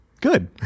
Good